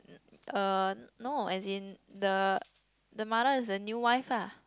uh no as in the the mother is the new wife ah